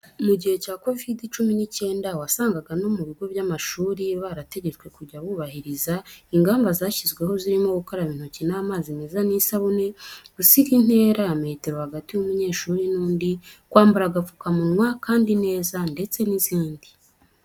Mu gihe cya Kovide cumi n'icyenda wasangaga no mu bigo by'amashuri barategetswe kujya bubahiriza ingamba zashyizweho zirimo gukaraba intoki n'amazi meza n'isabune, gusiga intera ya metero hagati y'umunyeshuri n'undi, kwambara agapfukamunwa kandi neza ndetse n'izindi.